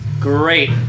Great